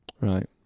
Right